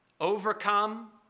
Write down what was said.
overcome